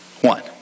one